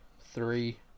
three